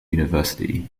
university